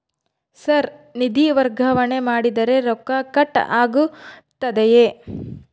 Sir ನಿಧಿ ವರ್ಗಾವಣೆ ಮಾಡಿದರೆ ರೊಕ್ಕ ಕಟ್ ಆಗುತ್ತದೆಯೆ?